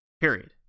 period